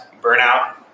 burnout